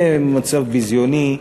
זה מצב ביזיוני,